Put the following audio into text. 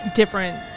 different